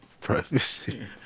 privacy